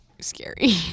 scary